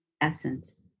essence